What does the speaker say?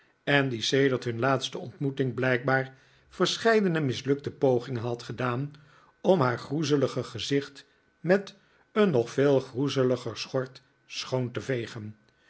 en die sedert hun laatste ontmoeting blijkbaar verscheidene mislukte pogingen had gedaan om haar groezelige gezicht met een nog veel groezeli ger schort schoon te vegen